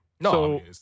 No